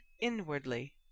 inwardly